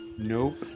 Nope